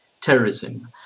terrorism